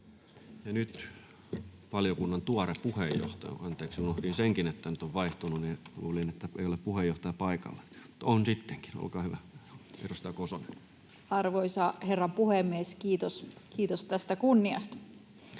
nyt valiokunnan tuore puheenjohtaja. — Anteeksi, unohdin senkin, että nyt on vaihtunut, ja luulin, että ei ole puheenjohtaja paikalla, mutta on sittenkin. — Olkaa hyvä, edustaja Kosonen. Arvoisa herra puhemies! Kiitos tästä kunniasta.